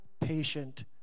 patient